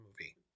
movie